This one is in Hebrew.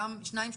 גם שניים,